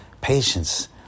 Patience